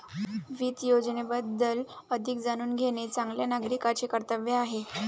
वित्त योजनेबद्दल अधिक जाणून घेणे चांगल्या नागरिकाचे कर्तव्य आहे